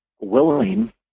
willing